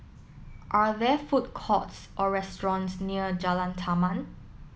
are there food courts or restaurants near Jalan Taman